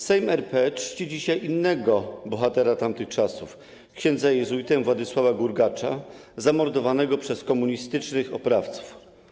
Sejm RP czci dzisiaj innego bohatera tamtych czasów - ks. jezuitę Władysława Gurgacza, zamordowanego przez komunistycznych oprawców.